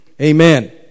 Amen